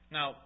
Now